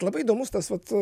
labai įdomus tas vat